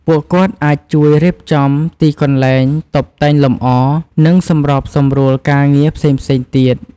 ពួកគាត់អាចជួយរៀបចំទីកន្លែង តុបតែងលម្អ និងសម្របសម្រួលការងារផ្សេងៗទៀត។